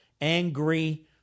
angry